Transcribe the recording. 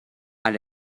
and